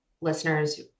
listeners